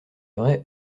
vrai